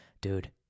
dude